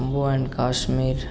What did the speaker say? Jammu and Kashmir